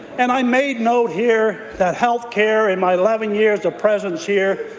and i made note here that health care in my eleven years of presence here,